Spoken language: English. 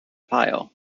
pile